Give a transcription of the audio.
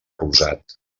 rosat